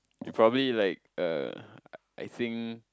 you probably like uh I think